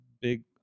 big –